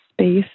space